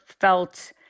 felt